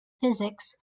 physics